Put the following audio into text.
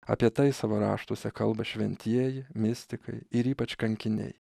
apie tai savo raštuose kalba šventieji mistikai ir ypač kankiniai